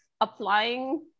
applying